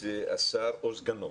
זה השר או סגנו.